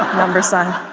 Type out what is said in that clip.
number sign.